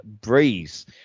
Breeze